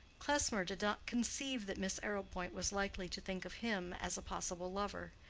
klesmer did not conceive that miss arrowpoint was likely to think of him as a possible lover,